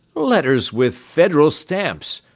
letters with federal stamps!